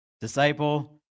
Disciple